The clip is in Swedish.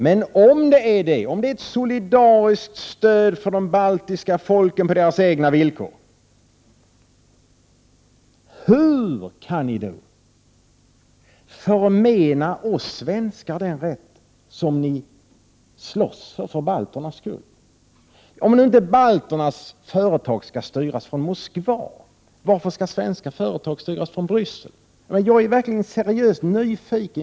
Men om det är fråga om ett solidariskt stöd för de baltiska folken på deras egna villkor, hur kan ni då förmena oss svenskar den rätten som ni slåss för för balternas skull? Om inte balternas företag skall styras från Moskva, varför skall svenska företag styras från Bryssel? Jag är verkligen seriöst nyfiken.